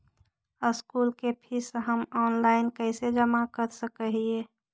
School के fees हम online कैसे जमा कर सक हिय?